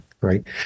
right